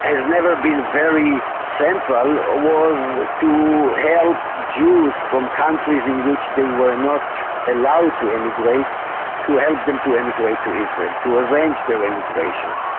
has never been very central, ah was to help jews from countries in which they were not allowed to emigrate to help them to emigrate to israel, to arrange their emigration,